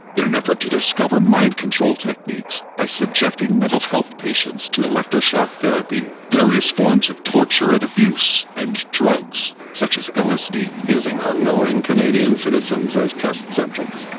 in an effort to discover mind control techniques by subjecting mental health patients to electro-shock therapy, various forms of torture and abuse, and drugs such as lsd. using unknowing canadian citizens as test subjects,